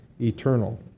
eternal